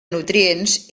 nutrients